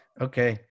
Okay